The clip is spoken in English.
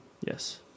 Yes